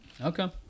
Okay